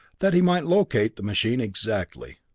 that he might locate the machine exactly.